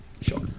Sure